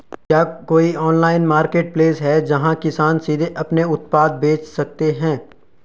क्या कोई online marketplace है, जहां किसान सीधे अपने उत्पाद बेच सकते हैं?